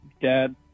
dad